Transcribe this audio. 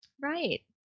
Right